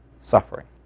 suffering